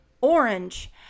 orange